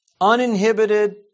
uninhibited